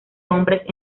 hombres